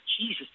Jesus